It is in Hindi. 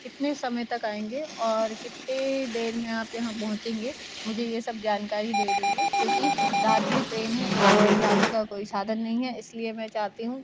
कितने समय तक आयेंगे और कितनी देर में आप यहाँ तक पहुँचेंगे मुझे ये सब जनकारी दे दीजिए क्योंकि रात में ट्रेन है और जाने का कोई साधन नहीं है इसलिए मैं चाहती हूँ